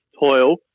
toil